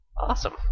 Awesome